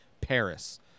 Paris